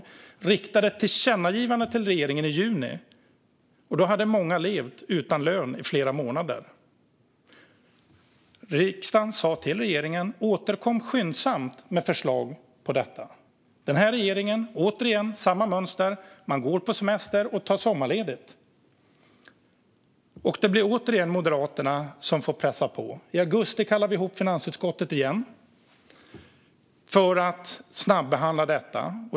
Riksdagen riktade ett tillkännagivande till regeringen i juni, och då hade många levt utan lön i flera månader. Riksdagen sa till regeringen: Återkom skyndsamt till riksdagen med förslag på detta! Återigen följde regeringen samma mönster: Man gick på semester och tog sommarledigt. Det blir återigen Moderaterna som får pressa på. I augusti kallade vi samman finansutskottet igen för att snabbehandla detta.